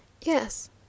Yes